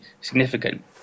significant